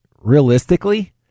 realistically